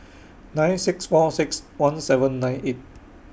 nine six four six one seven nine eight